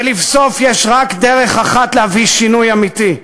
ולבסוף, יש רק דרך אחת להביא שינוי אמיתי,